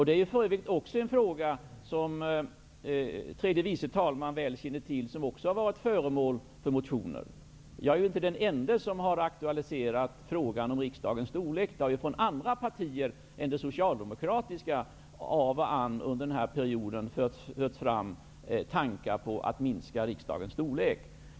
Det är för övrigt en fråga, vilket tredje vice talmannen väl känner till, som också har varit föremål för motioner. Jag är inte den ende som har aktualiserat frågan om riksdagens storlek. Det har från andra partier än det socialdemokratiska av och an under denna period förts fram tankar på att minska riksdagens storlek.